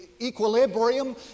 equilibrium